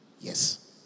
Yes